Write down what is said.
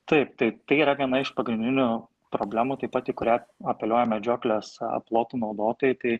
taip tai tai yra viena iš pagrindinių problemų taip pat į kurią apeliuoja medžioklės plotų naudotojai tai